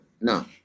No